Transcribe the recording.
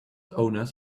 owners